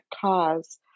cause